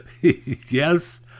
Yes